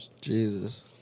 Jesus